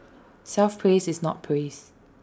self praise is not praise